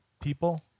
people